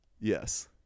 yes